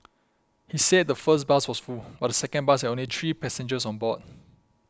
he said the first bus was full but the second bus had only three passengers on board